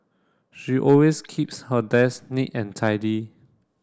she always keeps her desk neat and tidy